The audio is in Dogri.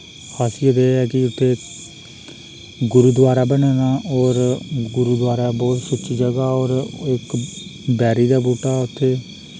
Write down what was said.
खासियत एह् ऐ कि उत्थै गुरुद्वारा बने दा और गुरुद्वारा बहुत सुच्ची जगह और इक बैरी दा बूह्टा उत्थै